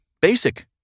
basic